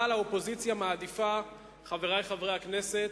אבל האופוזיציה מעדיפה, חברי חברי הכנסת,